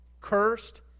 Cursed